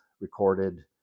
recorded